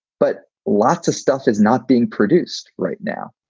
but lots of stuff is not being produced right now.